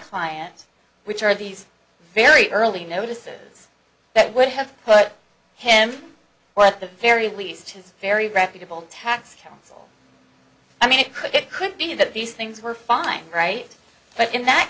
clients which are these very early notices that would have put him or at the very least his very reputable tax counts i mean it could it could be that these things were fine right but in that